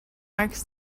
marks